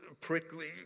prickly